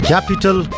Capital